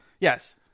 Yes